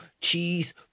cheese